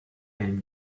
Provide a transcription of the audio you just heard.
and